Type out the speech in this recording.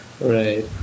Right